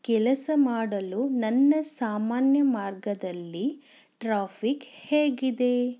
ಕೆಲಸ ಮಾಡಲು ನನ್ನ ಸಾಮಾನ್ಯ ಮಾರ್ಗದಲ್ಲಿ ಟ್ರಾಫಿಕ್ ಹೇಗಿದೆ